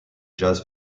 jazz